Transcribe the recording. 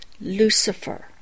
Lucifer